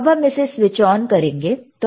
अब हम इसे स्विच ऑन करेंगे